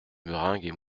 meringues